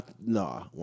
No